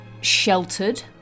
sheltered